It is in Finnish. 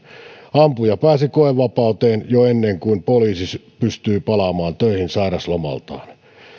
ampuja pääsi koevapauteen jo ennen kuin poliisi pystyi palaamaan töihin sairauslomaltaan